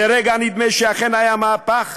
לרגע נדמה שאכן היה מהפך